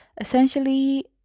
essentially